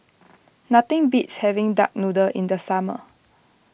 nothing beats having Duck Noodle in the summer